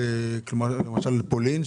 למשל פולין,